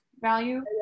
value